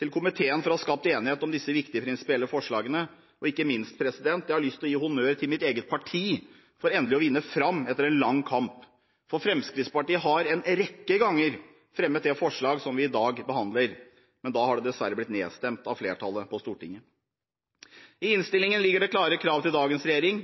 til komiteen for å ha skapt enighet om disse viktige prinsipielle forslagene, og ikke minst: Jeg har lyst til å gi honnør til mitt eget parti for endelig å vinne fram etter en lang kamp, for Fremskrittspartiet har en rekke ganger fremmet det forslaget som vi i dag behandler, men da har det dessverre blitt nedstemt av flertallet på Stortinget. I innstillingen ligger det klare krav til dagens regjering.